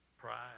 pride